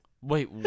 Wait